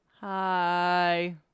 Hi